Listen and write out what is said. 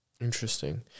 Interesting